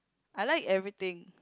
I like everything